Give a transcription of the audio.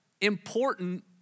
important